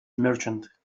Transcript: merchant